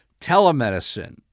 Telemedicine